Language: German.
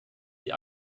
die